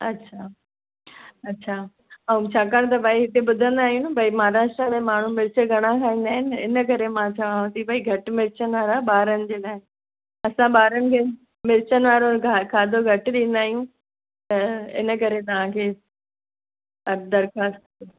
अछा अछा ऐं छाकाणि त बई हिते ॿुधंदा आहियूं न बई महाराष्ट्रा में माण्हू मिर्च घणा खाईंदा आहिनि हिन करे मां चवांव थी बई घटि मिर्चनि वारा ॿारनि जे लाइ असां ॿारनि खे मिर्चनि वारो खाधो घटि ॾींदा आहियूं त हिन करे तव्हांखे अदरखास